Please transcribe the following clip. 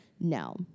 No